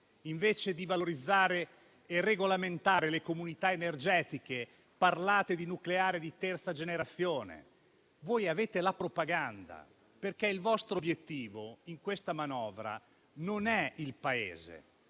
anziché valorizzare e regolamentare le comunità energetiche, parlate di nucleare di terza generazione. Voi avete la propaganda perché il vostro obiettivo in questa manovra non è il Paese